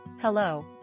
Hello